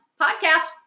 Podcast